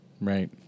Right